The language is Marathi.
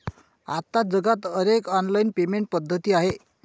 आता जगात अनेक ऑनलाइन पेमेंट पद्धती आहेत